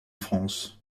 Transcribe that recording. france